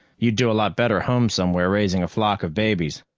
you'd do a lot better home somewhere raising a flock of babies.